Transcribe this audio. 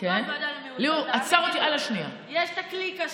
עוד כמה דקות